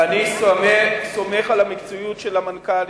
אני סומך על המקצועיות של המנכ"לים,